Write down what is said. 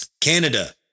Canada